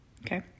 Okay